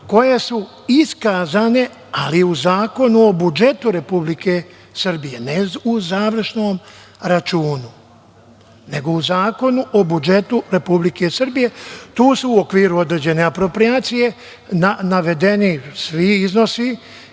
koje su iskazane, ali u Zakonu o budžetu Republike Srbije, ne u završnom računu, nego u Zakonu o budžetu Republike Srbije. Tu se u okviru određene aproprijacije navedeni svi iznosi